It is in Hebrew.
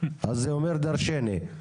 אז זה אומר דרשני.